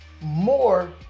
more